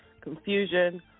confusion